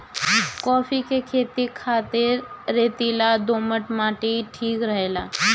काफी के खेती खातिर रेतीला दोमट माटी ठीक रहेला